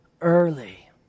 early